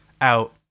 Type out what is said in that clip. out